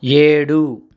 ఏడు